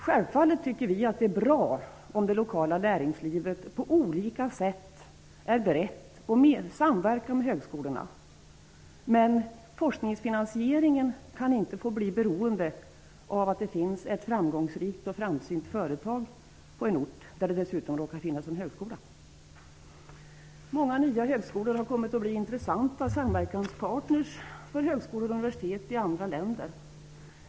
Självfallet tycker vi att det är bra, om det lokala näringslivet på olika sätt är berett att samverka med högskolorna, men forskningsfinansieringen kan inte få bli beroende av att det finns ett framgångsrikt och framsynt företag på en ort där det dessutom råkar finnas en högskola. Många nya högskolor har kommit att bli intressanta samverkanspartners för högskolor och universitet i andra länder.